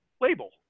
label